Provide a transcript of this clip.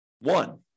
one